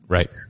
Right